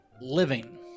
Living